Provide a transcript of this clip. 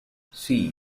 see